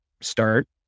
start